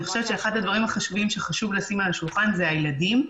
אני חושבת שאחד הדברים החשובים שחשוב לשים על השולחן זה הילדים.